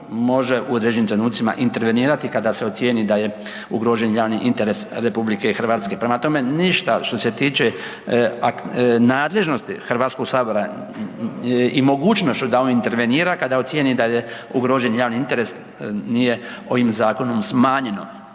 može u određenim trenucima intervenirati kada se ocijeni da je ugrožen javni interes RH. Prema tome, ništa što se tiče nadležnosti Hrvatskog sabora i mogućnošću da on intervenira kada ocijeni da je ugrožen javni interes nije ovim zakonom smanjeno,